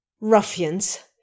Ruffians